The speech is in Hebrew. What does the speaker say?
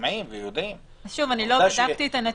דיון שבו מובאות ראיות לבירור האשמה לפי